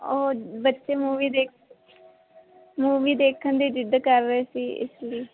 ਔਰ ਬੱਚੇ ਮੂਵੀ ਦੇਖ ਮੂਵੀ ਦੇਖਣ ਦੀ ਜਿੱਦ ਕਰ ਰਹੇ ਸੀ ਇਸ ਲਈ